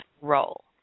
role